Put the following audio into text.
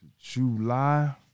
July